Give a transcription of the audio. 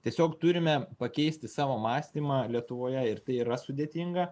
tiesiog turime pakeisti savo mąstymą lietuvoje ir tai yra sudėtinga